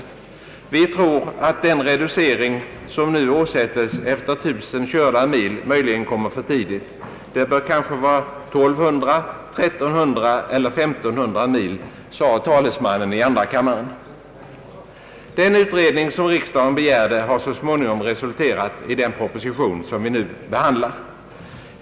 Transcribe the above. »Vi tror att den reducering som nu åsättes efter 1000 körda mil möjligen kommer för tidigt. Det bör kanske vara 1 200, 1 300 eller 1500 mil», sade talesmannen i andra kammaren. Den utredning som riksdagen begärde har så småningom resulterat i den proposition som vi nu behandlar.